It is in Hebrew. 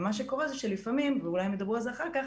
ומה שקורה זה שלפעמים ואולי ידברו על זה אחר כך